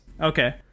Okay